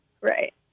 Right